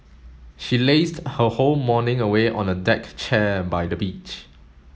she lazed her whole morning away on a deck chair by the beach